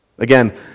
Again